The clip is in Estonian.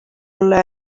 olla